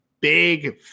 big